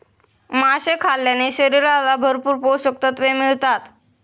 मासे खाल्ल्याने शरीराला भरपूर पोषकतत्त्वे मिळतात